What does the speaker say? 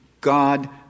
God